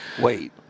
wait